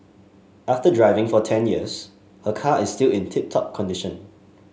after driving for ten years her car is still in tip top condition